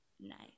Nice